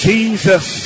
Jesus